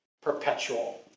perpetual